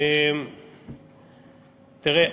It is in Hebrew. תראה,